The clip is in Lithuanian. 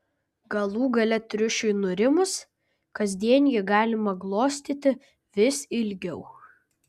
galų gale triušiui nurimus kasdien jį galima glostyti vis ilgiau